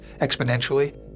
exponentially